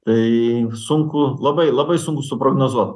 tai sunku labai labai sunku suprognozuot